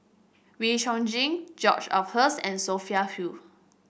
Wee Chong Jin George Oehlers and Sophia Hull